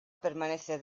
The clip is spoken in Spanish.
permanece